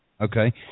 Okay